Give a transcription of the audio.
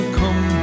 come